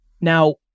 Now